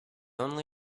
only